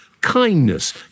kindness